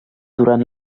durant